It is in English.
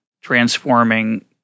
transforming